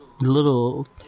Little